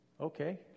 Okay